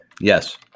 Yes